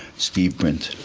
steve brint.